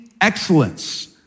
excellence